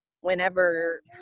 whenever